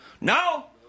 No